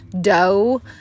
dough